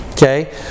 Okay